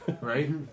Right